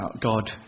God